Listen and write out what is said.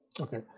Okay